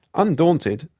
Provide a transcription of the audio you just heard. undaunted,